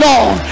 on